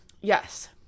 Yes